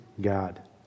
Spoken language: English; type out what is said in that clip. God